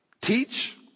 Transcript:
Teach